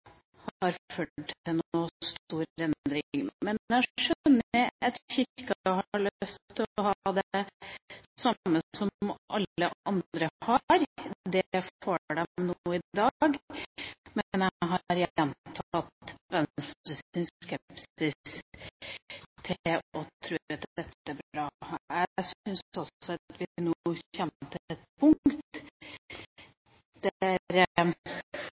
har ført til noen stor endring. Men jeg skjønner at Kirken har lyst til å ha det alle andre har. Det får de nå i dag. Men jeg har gjentatt Venstres skepsis mot å tro at dette er bra. Jeg syns også nå at vi kommer til et punkt